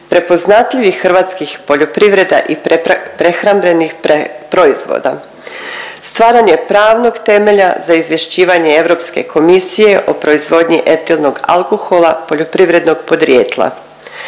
prepoznatljivih hrvatskih poljoprivreda i prehrambenih proizvoda, stvaranje pravnog temelja za izvješćivanje Europske komisije o proizvodnji etilnog alkohola poljoprivrednog podrijetla,